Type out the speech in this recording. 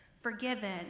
forgiven